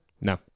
No